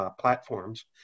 platforms